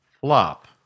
flop